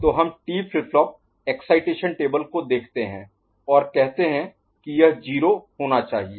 तो हम T flip flop excitation table को देखते हैं और कहते हैं कि यह 0 होना चाहिए